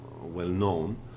well-known